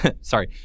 Sorry